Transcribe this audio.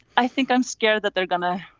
i think i'm scared that they're gonna.